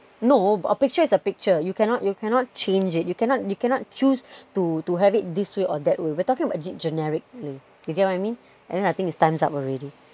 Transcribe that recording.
no a picture is a picture you cannot you cannot change it you cannot you cannot choose to to have it this way or that way we're talking about generically you get what I mean and I think it's times up already